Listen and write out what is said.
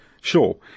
Sure